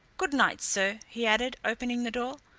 good night, sir! he added, opening the door.